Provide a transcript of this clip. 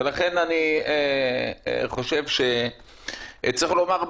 לכן אני חושב שצריך לומר ביושר: